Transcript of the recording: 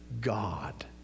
God